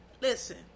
listen